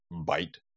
bite